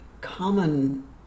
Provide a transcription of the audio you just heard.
common